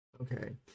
Okay